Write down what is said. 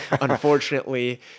unfortunately